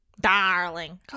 darling